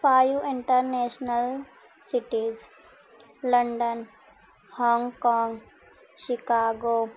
five inter national cities London Hong Kong Chicago